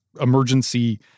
emergency